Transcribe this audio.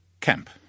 camp